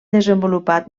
desenvolupat